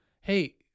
hey